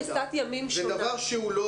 זה דבר שהוא לא